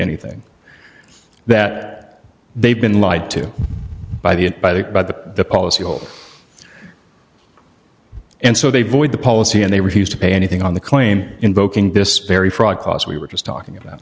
anything that they've been lied to by the by the by the policy will and so they void the policy and they refuse to pay anything on the claim invoking this very fraud cost we were just talking about